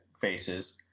faces